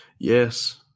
yes